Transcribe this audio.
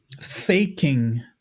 faking